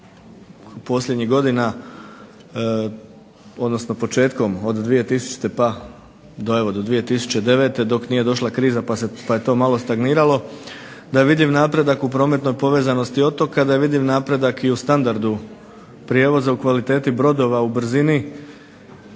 posljednjih godina, odnosno početkom od 2000. pa do evo do 2009. dok nije došla kriza pa je to malo stagniralo, da je vidljiv napredak u prometnoj povezanosti otoka, da je vidljiv napredak i u standardu prijevoza, u kvaliteti brodova, u brzini